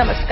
नमस्कार